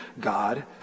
God